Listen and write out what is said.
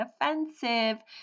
offensive